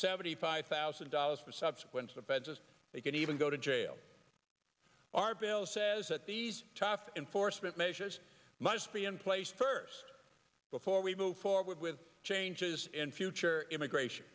seventy five thousand dollars for subsequent offenses they can even go to jail our bill says that these tough enforcement measures must be in place first before we move forward with changes in future immigration